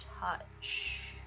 touch